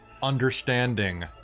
understanding